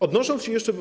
Odnosząc się jeszcze.